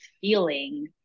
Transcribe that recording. feeling